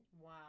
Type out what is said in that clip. Wow